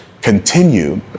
continue